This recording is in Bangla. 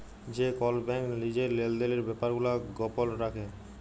যে কল ব্যাংক লিজের লেলদেলের ব্যাপার গুলা গপল রাখে